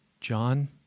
John